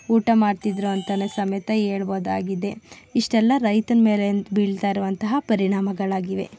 ಊಟ ಮಾಡ್ತಿದ್ರು ಅಂತನೂ ಸಮೇತ ಹೇಳ್ಬೋದಾಗಿದೆ ಇಷ್ಟೆಲ್ಲ ರೈತನ ಮೇಲೆ ಬೀಳ್ತಾಯಿರುವಂತಹ ಪರಿಣಾಮಗಳಾಗಿವೆ